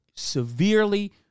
severely